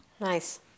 Nice